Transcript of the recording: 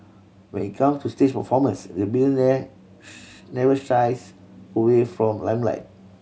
when it comes to stage performance the billionaire never shies away from limelight